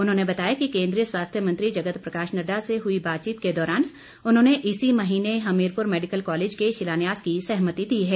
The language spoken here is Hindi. उन्होंने बताया कि केंद्रीय स्वास्थ्य मंत्री जगत प्रकाश नड्डा से हुई बातचीत के दौरान उन्होंने इसी महीने हमीरपुर मैडिकल कॉलेज के शिलान्यास की सहमति दी है